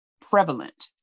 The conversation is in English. prevalent